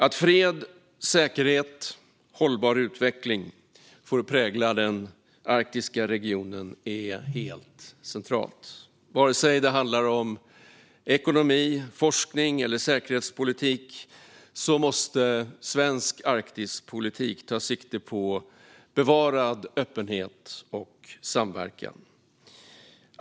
Att fred, säkerhet och hållbar utveckling får prägla den arktiska regionen är helt centralt. Vare sig det handlar om ekonomi, forskning eller säkerhetspolitik måste svensk Arktispolitik ta sikte på bevarad öppenhet och samverkan.